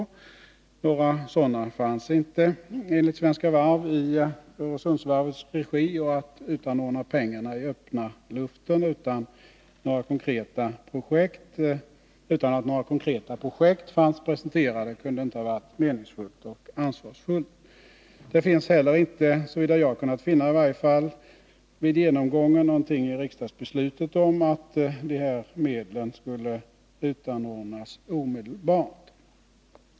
Enligt Svenska Varv fanns det inte några sådana i Öresundsvarvets regi, och att utanordna pengarna i luften utan att några konkreta projekt presenterats kunde inte vara meningsfullt och ansvarsfullt. Det nämns heller inte, i alla fall såvitt jag kunnat finna vid genomgången av Nr 146 ärendet, någonting i riksdagsbeslutet om att de här medlen skulle så att säga utanordnas omedelbart.